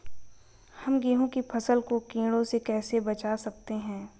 हम गेहूँ की फसल को कीड़ों से कैसे बचा सकते हैं?